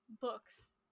books